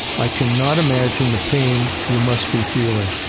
i cannot imagine the pain you must be feeling.